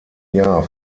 jahr